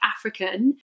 African